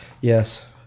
Yes